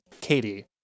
Katie